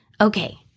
Okay